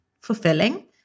fulfilling